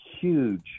huge